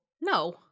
No